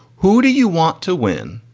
who do you want to win?